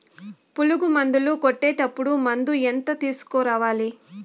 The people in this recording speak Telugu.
పులుగు మందులు కొట్టేటప్పుడు మందు ఎంత తీసుకురావాలి?